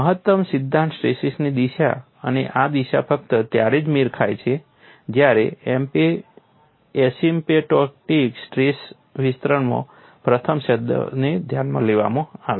મહત્તમ સિદ્ધાંત સ્ટ્રેસીસની દિશા અને આ દિશા ફક્ત ત્યારે જ મેળ ખાય છે જ્યારે એસિમ્પટોટિક સ્ટ્રેસ વિસ્તરણમાં પ્રથમ શબ્દને ધ્યાનમાં લેવામાં આવે